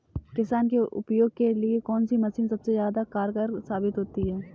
किसान के उपयोग के लिए कौन सी मशीन सबसे ज्यादा कारगर साबित होती है?